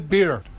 Beer